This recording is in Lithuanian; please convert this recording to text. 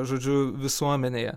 žodžiu visuomenėje